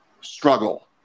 struggle